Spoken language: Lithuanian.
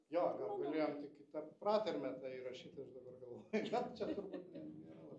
jo gal galėjom tik į tą pratarmę tą įrašyt aš dabar galvoju bet čia turbūt nėra lab